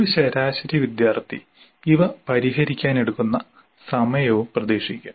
ഒരു ശരാശരി വിദ്യാർത്ഥി ഇവ പരിഹരിക്കാൻ എടുക്കുന്ന സമയവും പ്രതീക്ഷിക്കുക